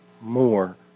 more